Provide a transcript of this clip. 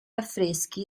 affreschi